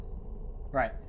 Right